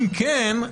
אם כן,